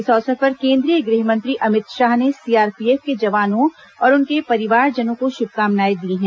इस अवसर पर केन्द्रीय गृहमंत्री अमित शाह ने सीआरपीएफ के जवानों और उनके परिवारजनों को शुभकामनाएं दी हैं